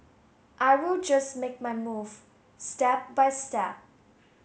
I will just make my move step by step